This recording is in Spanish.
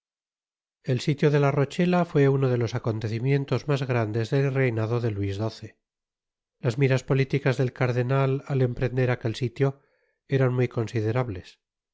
el sitio de la rochela fué uno de tos acontecimiento s mas grandes del reinado de luis xii las miras politicas del cardenal al emprender aquel sitio eran muy considerables